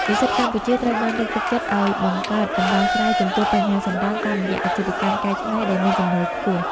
និស្សិតកម្ពុជាត្រូវបានលើកទឹកចិត្តឱ្យបង្កើត "ដំណោះស្រាយចំពោះបញ្ហាសំរាម" តាមរយៈអាជីវកម្មកែច្នៃដែលមានចំណូលខ្ពស់។